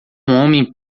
homem